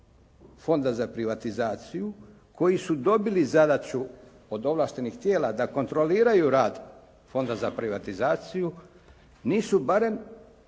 Fonda za privatizaciju koji su dobili zadaću od ovlaštenih tijela da kontroliraju rad Fonda za privatizaciju nisu barem